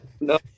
No